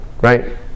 right